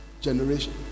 generation